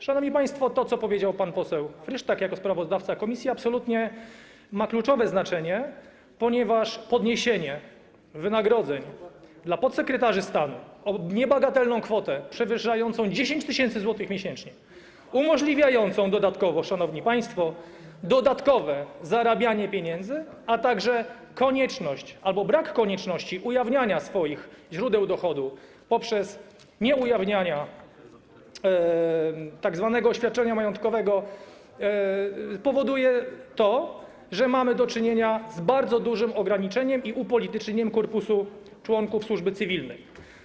Szanowni państwo, to, co powiedział pan poseł Frysztak jako sprawozdawca komisji, ma absolutnie kluczowe znaczenie, ponieważ podniesienie wynagrodzeń dla podsekretarzy stanu o niebagatelną kwotę przewyższającą 10 tys. zł miesięcznie i umożliwienie, szanowni państwo, dodatkowego zarabiania pieniędzy, a także konieczność albo brak konieczności ujawniania swoich źródeł dochodu poprzez nieujawnianie tzw. oświadczenia majątkowego powodują to, że mamy do czynienia z bardzo dużym ograniczeniem i upolitycznieniem członków korpusu służby cywilnej.